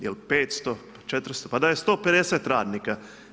Jel 500, 400 pa da je i 150 radnika.